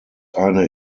eine